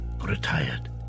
Retired